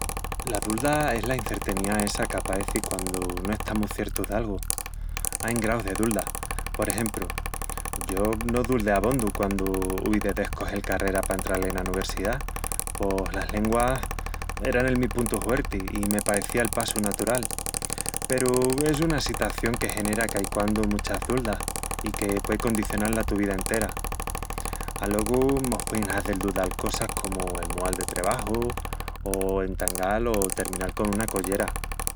La dulda es la incerteniá essa qu'apaeci quandu no estamus ciertus d'algu. Ain graus de dulda. Por exempru, yo no duldé abondu quandu uvi de descogel carrera pa entral ena nuversidá, pos las lenguas eran el mi puntu huerti i me paecía el passu natural. Peru es una sitación que genera a caiquandu muchas duldas i que puei condicional la tu vida entera. Alogu mos puein hazel duldal cosas comu el mual de trebaju o entangal o terminal con una collera.